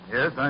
Yes